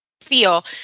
Feel